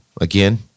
again